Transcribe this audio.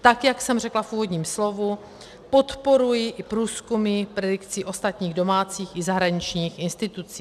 Tak jak jsem řekla v úvodním slovu, podporuji i průzkumy predikcí ostatních domácích i zahraničních institucí.